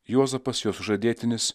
juozapas jos sužadėtinis